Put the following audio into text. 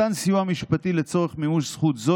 מתן סיוע משפטי לצורך מימוש זכות זו